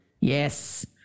Yes